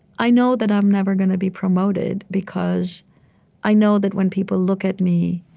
i know that i'm never going to be promoted because i know that when people look at me,